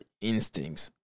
instincts